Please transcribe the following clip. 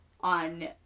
on